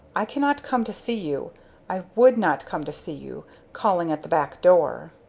i cannot come to see you i would not come to see you calling at the back door!